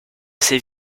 ces